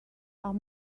are